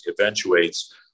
eventuates